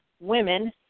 women